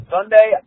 Sunday